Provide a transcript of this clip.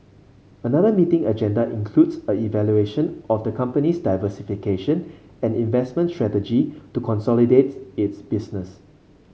another meeting agenda includes a evaluation of the company's diversification and investment strategy to consolidate its business